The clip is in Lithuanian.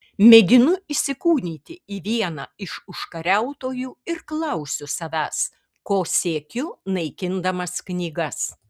mėginu įsikūnyti į vieną iš užkariautojų ir klausiu savęs ko siekiu naikindamas knygas